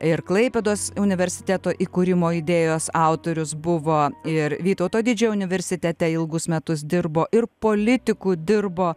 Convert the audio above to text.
ir klaipėdos universiteto įkūrimo idėjos autorius buvo ir vytauto didžiojo universitete ilgus metus dirbo ir politiku dirbo